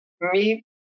meet